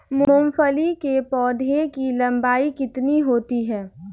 मूंगफली के पौधे की लंबाई कितनी होती है?